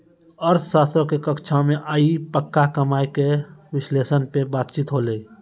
अर्थशास्त्रो के कक्षा मे आइ पक्का कमाय के विश्लेषण पे बातचीत होलै